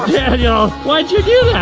yeah you know why'd you do that?